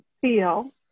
feel